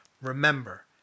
Remember